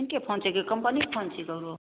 हिनके फोन छिए कि कम्पनीके फोन छिऔ